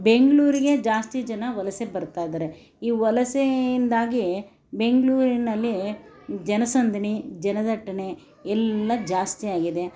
ಬೆಂಗಳೂರಿಗೆ ಜಾಸ್ತಿ ಜನ ವಲಸೆ ಬರ್ತಾ ಇದ್ದಾರೆ ಈ ವಲಸೆಯಿಂದಾಗಿ ಬೆಂಗಳೂರಿನಲ್ಲಿ ಜನಸಂದಣಿ ಜನದಟ್ಟಣೆ ಎಲ್ಲ ಜಾಸ್ತಿ ಆಗಿದೆ